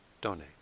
donate